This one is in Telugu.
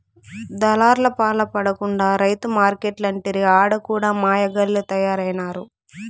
దళార్లపాల పడకుండా రైతు మార్కెట్లంటిరి ఆడ కూడా మాయగాల్లె తయారైనారు